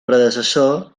predecessor